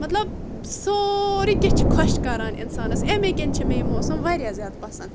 مطلب سورُے کینٛہہ چھُ خۄش کران انسانس امی کِن چھُ مےٚ یہِ موسم واریاہ زیادٕ پسنٛد